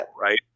right